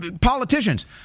politicians